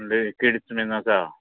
म्हणजे kids bean आसा